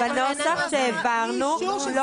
זה לא בנוסח שהעברנו --- בנוסח שהעברתם בלי אישור של